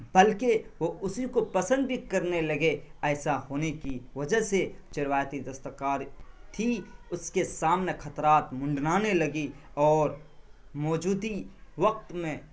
بلکہ وہ اسی کو پسند بھی کرنے لگے ایسا ہونے کی وجہ سے جو روایتی دستکاری تھی اس کے سامنے خطرات منڈرانے لگی اور موجودہ وقت میں